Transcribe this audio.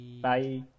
bye